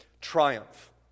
triumph